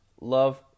love